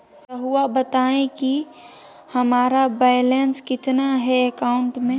रहुआ बताएं कि हमारा बैलेंस कितना है अकाउंट में?